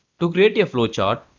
to create a flow chart,